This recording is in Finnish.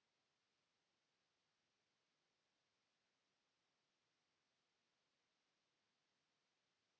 Kiitos.